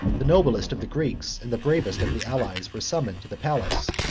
the noblest of the greeks, and the bravest of the allies, were summoned to the palace,